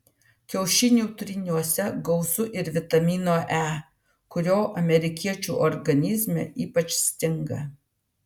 kiaušinių tryniuose gausu ir vitamino e kurio amerikiečių organizme ypač stinga